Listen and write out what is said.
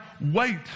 Wait